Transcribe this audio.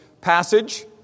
passage